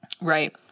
Right